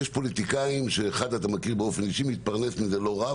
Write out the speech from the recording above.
יש פוליטיקאים אחד אתם מכירים באופן אישי שמתפרנסים מזה לא רע.